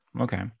Okay